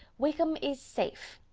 wickham is safe.